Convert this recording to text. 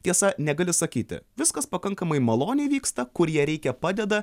tiesa negali sakyti viskas pakankamai maloniai vyksta kur jie reikia padeda